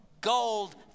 gold